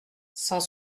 cent